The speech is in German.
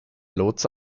lotse